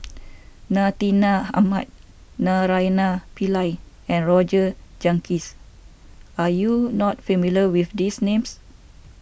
Ahmad Naraina Pillai and Roger Jenkins are you not familiar with these names